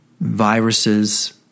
viruses